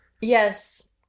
Yes